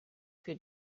für